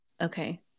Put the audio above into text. okay